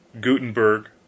Gutenberg